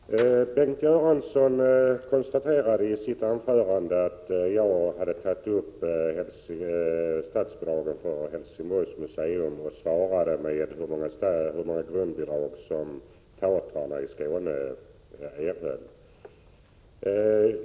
Herr talman! Bengt Göransson konstaterade i sitt anförande att jag hade talat om statsbidrag till Helsingborgs museum och svarade med hur många grundbidrag teatrarna i Skåne erhöll.